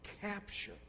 capture